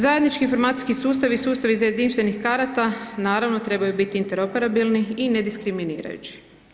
Zajednički informacijski sustav i sustav iz jedinstvenih karata naravno trebaju biti interoperabilni i ne diskriminirajući.